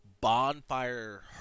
bonfire